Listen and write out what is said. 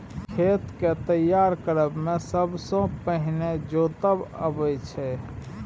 खेत केँ तैयार करब मे सबसँ पहिने जोतब अबै छै